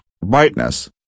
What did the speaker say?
brightness